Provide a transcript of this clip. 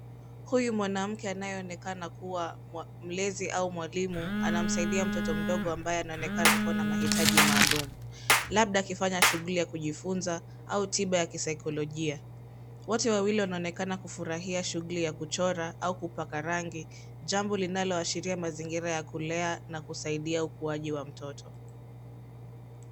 Huyu mwanamke anayeonekana kuwa mlezi au mwalimu anamsaidia mtoto mdogo ambaye anaonekana kuwa na maitaji maalum. Labda akifanya shughuli ya kujifunza au tiba ya kisaikolojia. Wote wawili wanaonekana kufurahia shughuli ya kuchora au kupaka rangi, jambo linalooashiria mazingira ya kulea na kusaidia ukuaji wa mtoto.